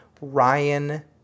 Ryan